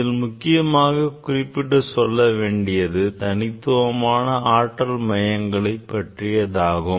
இதில் முக்கியமாக குறிப்பிட்டு சொல்ல வேண்டியது தனித்துவமான ஆற்றல் மையங்களை பற்றியாகும்